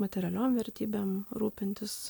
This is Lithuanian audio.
materialiom vertybėm rūpintis